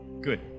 Good